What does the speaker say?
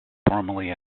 formally